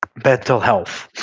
mental health,